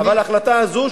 אבל ההחלטה הזאת,